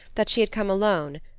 that she had come alone,